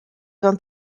vingt